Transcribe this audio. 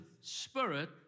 spirit